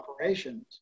operations